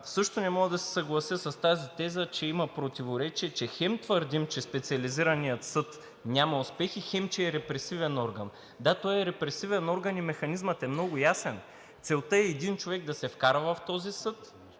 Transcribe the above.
Също не мога да се съглася с тезата, че има противоречие, че хем твърдим, че Специализираният съд няма успехи, хем, че е репресивен орган. Да, той е репресивен орган и механизмът е много ясен. Целта е един човек да се вкара в този съд,